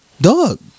Dog